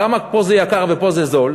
למה פה זה יקר ופה זה זול?